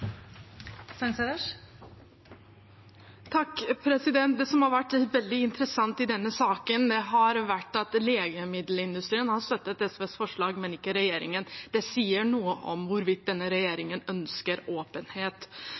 Det som har vært veldig interessant i denne saken, har vært at legemiddelindustrien har støttet SVs forslag, men ikke regjeringen. Det sier noe om hvorvidt denne regjeringen ønsker åpenhet.